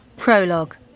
Prologue